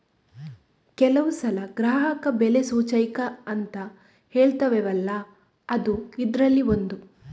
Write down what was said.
ಕೆಲವು ಸಲ ಗ್ರಾಹಕ ಬೆಲೆ ಸೂಚ್ಯಂಕ ಅಂತ ಹೇಳ್ತೇವಲ್ಲ ಅದೂ ಇದ್ರಲ್ಲಿ ಒಂದು